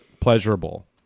pleasurable